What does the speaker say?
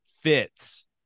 fits